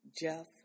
Jeff